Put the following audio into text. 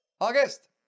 August